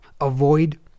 avoid